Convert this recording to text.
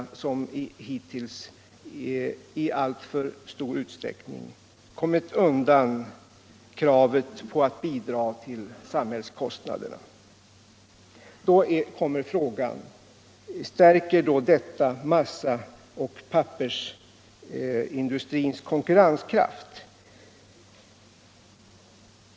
Då anmäler sig frågan om detta stärker massaoch pappersindustrins konkurrenskraft.